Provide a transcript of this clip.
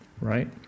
right